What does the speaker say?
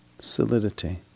Solidity